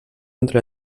entre